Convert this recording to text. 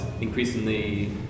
increasingly